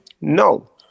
no